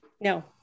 no